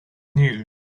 news